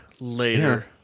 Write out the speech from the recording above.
Later